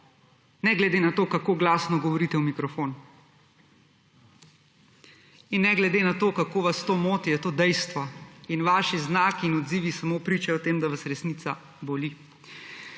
ne glede na to kako glasno govorite v mikrofon in ne glede na to kako vas to moti je to dejstvo. Vaši znaki in odzivi samo pričajo, da vas resnica boli.